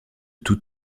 tous